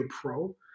pro